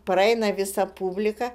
praeina visa publika